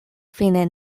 fine